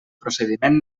procediment